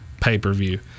pay-per-view